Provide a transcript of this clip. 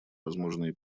возможные